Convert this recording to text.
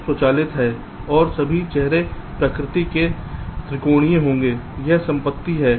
तो यह स्वचालित है और सभी चेहरे प्रकृति में त्रिकोणीय होंगे यह संपत्ति है